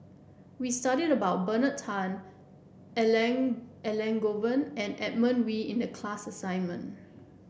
we studied about Bernard Tan Elangovan and Edmund Wee in the class assignment